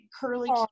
curly